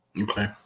Okay